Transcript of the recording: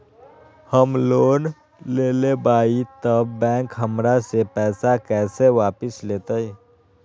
हम लोन लेलेबाई तब बैंक हमरा से पैसा कइसे वापिस लेतई?